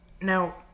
Now